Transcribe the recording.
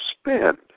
spend